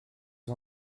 aux